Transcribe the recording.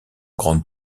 grande